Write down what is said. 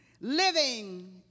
living